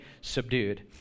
subdued